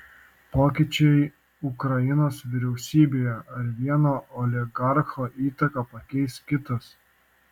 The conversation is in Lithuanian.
pokyčiai ukrainos vyriausybėje ar vieno oligarcho įtaką pakeis kitas